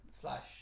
Flash